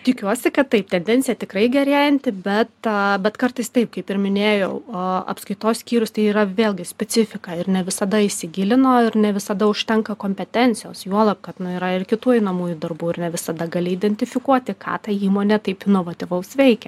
tikiuosi kad taip tendencija tikrai gerėjanti bet a bet kartais taip kaip ir minėjau a apskaitos skyrus tai yra vėlgi specifika ir ne visada įsigilina ir ne visada užtenka kompetencijos juolab kad na yra ir kitų einamųjų darbų ir ne visada gali identifikuoti ką ta įmonė taip inovatyvaus veikia